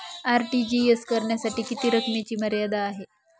RTGS करण्यासाठी किती रकमेची मर्यादा आहे?